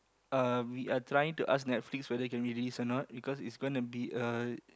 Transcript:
uh we are trying to ask Netflix whether can release or not because it's gonna be a